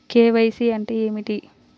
KYC అంటే ఏమి?